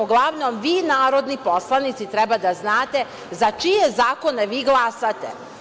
Uglavnom, vi narodni poslanici treba da znate za čije zakone vi glasate.